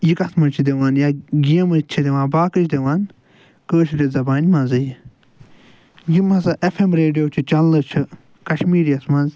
یہِ کتھ منٛز چھِ دِوان یا گیمٕز چھِ دِوان باقی چھِ دِوان کٲشرِ زبانہِ منٛزے یِم ہسا ایف ایم ریڈیوچہٕ چنلہٕ چھِ کشمیٖریس منٛز